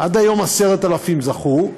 עד היום 10,000 זכו.